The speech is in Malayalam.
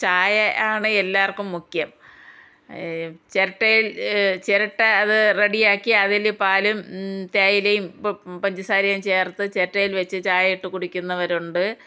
ചായയാണ് എല്ലാർക്കും മുഖ്യം ചിരട്ടയിൽ ചിരട്ട അത് റെഡിയാക്കി അതിൽ പാലും തേയിലയും പഞ്ചസാരയും ചേർത്ത് ചിരട്ടയിൽ ചായ ഇട്ട് കുടിക്കുന്നവരുണ്ട്